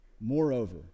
Moreover